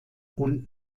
und